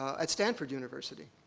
at stanford university.